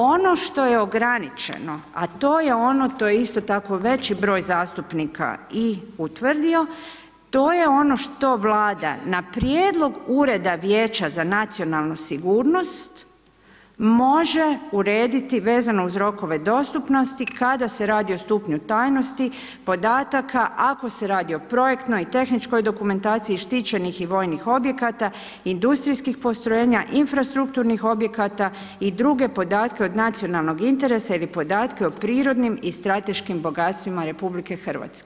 Ono što je ograničeno a to je ono to je isto tako, veći broj zastupnika i utvrdio, to je ono što Vlada na prijedlog Ureda vijeća za nacionalnu sigurnost, može urediti vezano uz rokove dostupnosti, kada se radi o stupnju tajnosti, podataka, ako se radi o projektnoj i tehničkoj dokumentaciji, štićenih i vojnih objekata, industrijskih postrojenja, infrastrukturnih objekata i druge podatke od nacionalnog interesa ili podatke o prirodnim i strateškim bogatstvima RH.